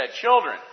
children